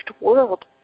world